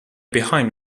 behind